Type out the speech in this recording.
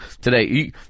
today